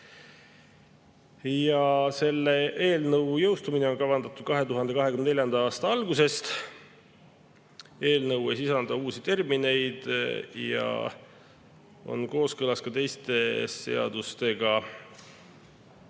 laiemalt. Eelnõu jõustumine on kavandatud 2024. aasta alguseks. Eelnõu ei sisalda uusi termineid ja on kooskõlas teiste seadustega.